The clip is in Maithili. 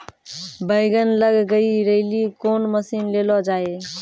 बैंगन लग गई रैली कौन मसीन ले लो जाए?